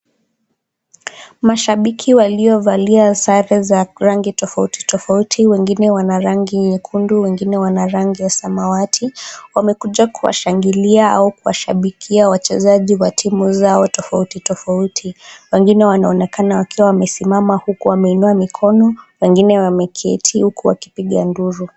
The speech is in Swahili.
Mashabiki waliovalia sare za rangi tofauti tofauti, wengine wana rangi nyekundu, wengine wana rangi ya samawati, wamekuja kuwashangilia au kuwashabikia wachezaji wa timu zao tofauti tofauti. Wengine wanaonekana wakiwa wamesimama huku wameinua mikono, wengine wameketi huku wakipiga nduru.